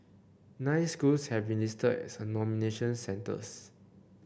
nine schools have been listed as nomination centres